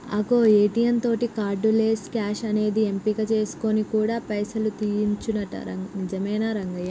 అగో ఏ.టీ.యం తోటి cardless cash అనేది ఎంపిక చేసుకొని కూడా పైసలు తీయొచ్చునంట నిజమేనా రంగయ్య